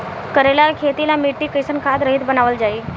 करेला के खेती ला मिट्टी कइसे खाद्य रहित बनावल जाई?